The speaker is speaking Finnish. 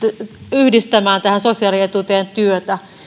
yhdistämään tähän sosiaalietuuteen työtä